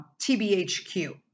tbhq